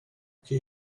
che